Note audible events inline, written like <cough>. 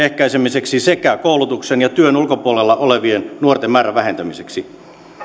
<unintelligible> ehkäisemiseksi sekä koulutuksen ja työn ulkopuolella olevien nuorten määrän vähentämiseksi